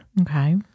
Okay